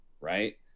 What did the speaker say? Right